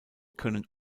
können